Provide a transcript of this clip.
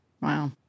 Wow